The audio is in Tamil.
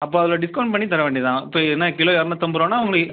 அப்போ அதில் டிஸ்கவுண்ட் பண்ணி தர வேண்டியது தான் இப்போ என்ன கிலோ இரநூத்தம்பது ருபானா உங்களுக்கு